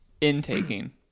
intaking